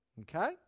Okay